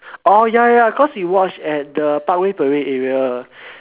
oh ya ya ya because we watch at the parkway parade area